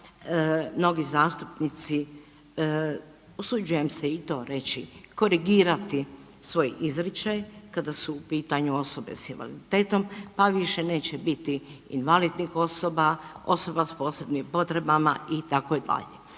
mnogi zastupnici, usuđujem se i to reći, korigirati svoj izričaj kada su u pitanju osobe s invaliditetom, pa više neće biti invalidnih osoba, osoba s posebnim potrebama itd., moram